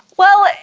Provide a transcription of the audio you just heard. well,